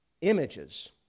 Images